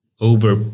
over